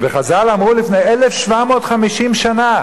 חז"ל אמרו לפני 1,750 שנה,